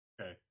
Okay